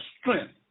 strength